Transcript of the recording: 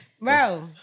Bro